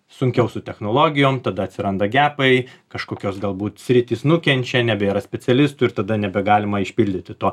sunkiau su technologijom tada atsiranda gepai kažkokios galbūt sritys nukenčia nebėra specialistų ir tada nebegalima išpildyti to